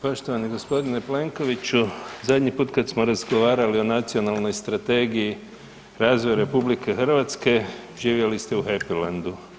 Poštovani g. Plenkoviću, zadnji put kad smo razgovarali o Nacionalnoj strategiji razvoja RH, živjeli ste u Happylandu.